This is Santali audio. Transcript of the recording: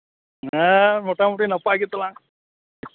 ᱦᱮᱸ ᱢᱳᱴᱟᱢᱩᱴᱤ ᱱᱟᱯᱟᱭ ᱜᱮᱛᱮ ᱞᱟᱝ